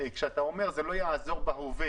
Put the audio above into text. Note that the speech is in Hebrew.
כשאתה אומר שזה לא יעזור בהווה